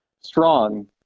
strong